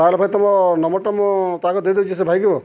ତାହେଲେ ଭାଇ ତମ ନମ୍ବରଟା ମୁଁ ତାହାକେ ଦେଇଦଉଛି ସେ ଭାଇକୁ